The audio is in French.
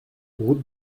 route